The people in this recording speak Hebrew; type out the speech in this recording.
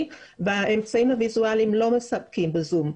והאמצעים הוויזואליים לא מספקים ב-זום.